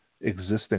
existing